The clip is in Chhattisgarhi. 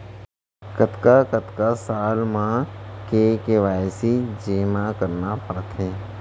कतका कतका साल म के के.वाई.सी जेमा करना पड़थे?